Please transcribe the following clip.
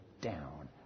down